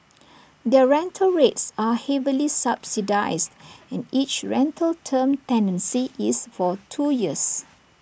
their rental rates are heavily subsidised and each rental term tenancy is for two years